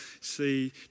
see